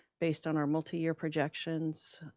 based on our multi-year projections.